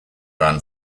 ran